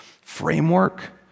framework